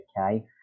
Okay